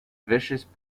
vicious